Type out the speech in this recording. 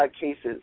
cases